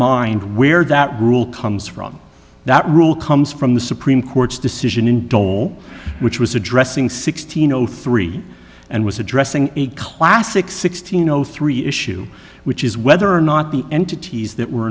mind where that rule comes from that rule comes from the supreme court's decision in dole which was addressing sixteen zero three and was addressing a classic sixteen zero three issue which is whether or not the entities that were